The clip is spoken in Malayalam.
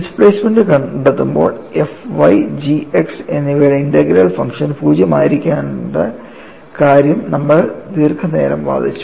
ഡിസ്പ്ലേസ്മെൻറ് കണ്ടെത്തുമ്പോൾ f G എന്നിവയുടെ ഇന്റഗ്രൽ ഫംഗ്ഷൻ 0 ആയിരിക്കേണ്ടതിന്റെ കാരണം നമ്മൾ ദീർഘനേരം വാദിച്ചു